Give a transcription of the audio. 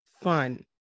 fun